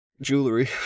Jewelry